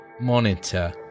monitor